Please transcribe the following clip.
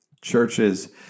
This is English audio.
churches